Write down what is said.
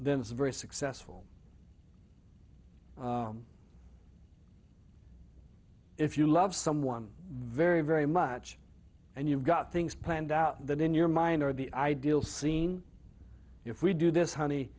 it's very successful if you love someone very very much and you've got things planned out that in your mind are the ideal scene if we do this honey